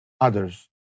others